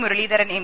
Muraleedharan M